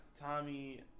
Tommy